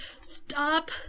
stop